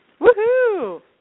Woohoo